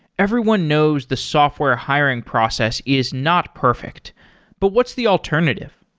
everyone knows the software hiring process is not perfect but what's the alternative?